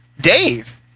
Dave